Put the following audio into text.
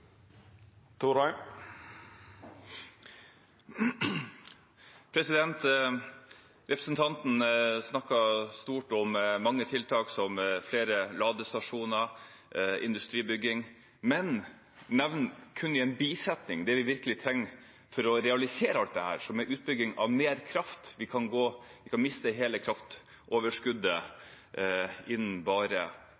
Representanten snakket stort om mange tiltak, som flere ladestasjoner og industribygging, men nevnte kun i en bisetning det vi virkelig trenger for å realisere alt dette: utbygging av mer kraft. Vi kan miste hele kraftoverskuddet